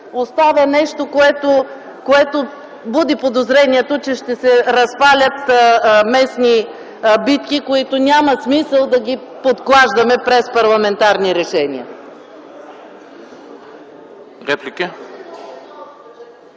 остава нещо, което буди подозрението, че ще се разпалят местни битки, които няма смисъл да ги подклаждаме през парламентарни решения.